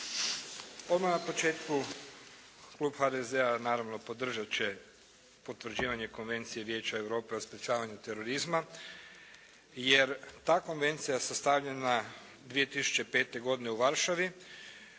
Odmah na početku klub HDZ-a naravno podržat će potvrđivanje Konvencije Vijeća Europe o sprječavanju terorizma, jer ta je konvencija sastavljena 2005. godine u Varšavi,